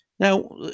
Now